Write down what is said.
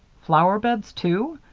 flower beds too?